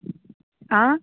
आ